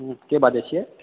के बाजैत छियै